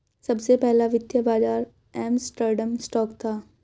सबसे पहला वित्तीय बाज़ार एम्स्टर्डम स्टॉक था